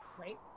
right